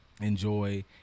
enjoy